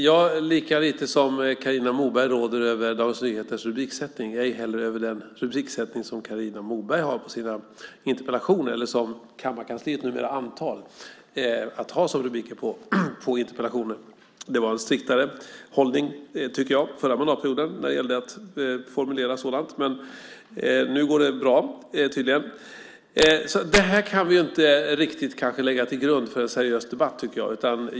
Jag råder lika lite som Carina Moberg över Dagens Nyheters rubriksättning, ej heller över den rubriksättning som Carina Moberg har på sina interpellationer, eller som kammarkansliet numera antar att ha som rubriker på interpellationer. Det var en striktare hållning, tycker jag, förra mandatperioden när det gällde att formulera sådant. Nu går det bra tydligen. Det här kan vi inte riktigt lägga till grund för en seriös debatt.